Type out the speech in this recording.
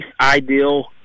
ideal